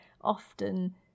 often